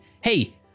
hey